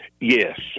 Yes